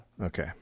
Okay